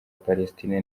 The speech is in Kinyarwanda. palestina